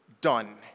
done